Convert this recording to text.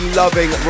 loving